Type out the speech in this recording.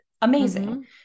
Amazing